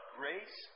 grace